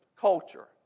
culture